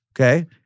Okay